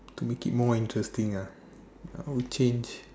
to make it more interesting ah I would change